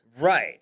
Right